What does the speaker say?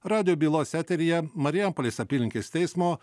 radijo bylos eteryje marijampolės apylinkės teismo